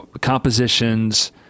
compositions